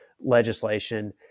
legislation